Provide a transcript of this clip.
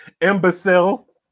imbecile